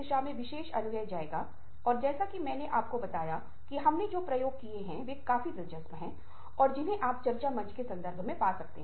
हम पाते हैं कि जब हम अपने जीवन की शुरुआत करते हैं तो हम जो कुछ भी सुनते हैं उसकी समझ बनाने की कोशिश करते हैं क्योंकि जब तक हम वयस्कों की भाषा सीखने में सक्षम नहीं होंगे तब तक हम अपनी इच्छाओं को व्यक्त नहीं कर पाएंगे